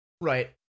Right